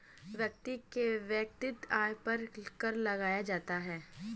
व्यक्ति के वैयक्तिक आय पर कर लगाया जाता है